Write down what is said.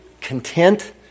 content